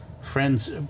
friends